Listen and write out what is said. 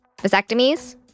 Vasectomies